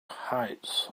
heights